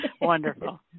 Wonderful